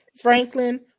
Franklin